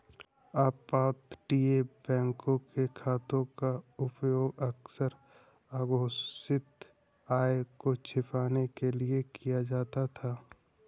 अपतटीय बैंकों के खातों का उपयोग अक्सर अघोषित आय को छिपाने के लिए किया जाता था